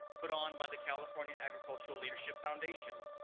put on by the california agricultural leadership foundation,